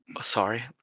sorry